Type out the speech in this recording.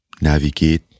navigate